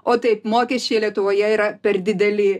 o taip mokesčiai lietuvoje yra per dideli